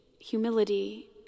humility